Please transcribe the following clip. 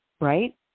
Right